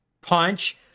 Punch